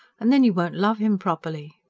and then you won't love him properly.